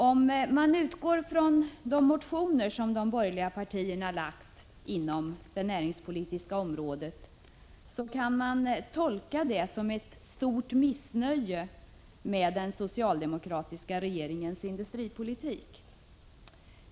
Om man utgår från de motioner som de borgerliga partierna väckt inom det näringspolitiska området, så kan man tolka vad som där anförs som ett stort missnöje med den socialdemokratiska regeringens industripolitik.